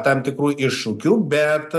tam tikrų iššūkių bet